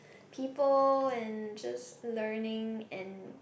people and just learning and